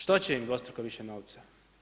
Što će im dvostruko više novca?